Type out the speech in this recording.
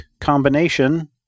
combination